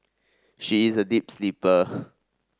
she is a deep sleeper